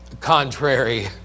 contrary